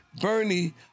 Bernie